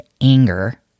anger